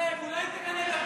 טלב, אולי תגנה את הפיגוע?